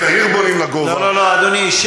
לא לא לא, אדוני.